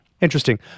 Interesting